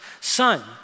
son